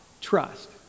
trust